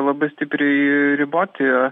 labai stipriai riboti